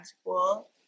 school